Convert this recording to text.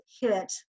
hit